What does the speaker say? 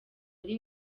ari